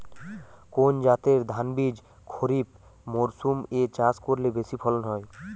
কোন জাতের ধানবীজ খরিপ মরসুম এ চাষ করলে বেশি ফলন হয়?